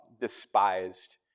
despised